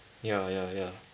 ya ya ya